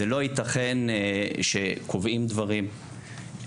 לא ייתכן שקובעים דברים,